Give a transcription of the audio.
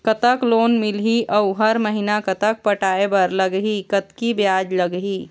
कतक लोन मिलही अऊ हर महीना कतक पटाए बर लगही, कतकी ब्याज लगही?